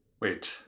Wait